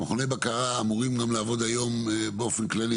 מכוני בקשה אמורים גם לעבוד היום באופן כללי,